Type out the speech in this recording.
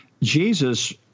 Jesus